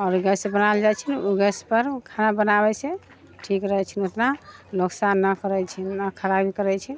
आओर गैस बनायल जाइत छै ओ गैसपर खाना बनाबैत छै ठीक रहै छै मतलब नुकसान न करैत छै ने खराबी करैत छै